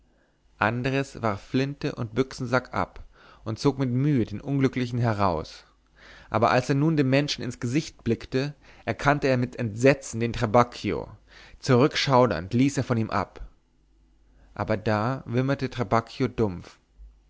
andres warf flinte und büchsensack ab und zog mit mühe den unglücklichen heraus aber als er nun dem menschen ins gesicht blickte erkannte er mit entsetzen den trabacchio zurückschaudernd ließ er von ihm ab aber da wimmerte trabacchio dumpf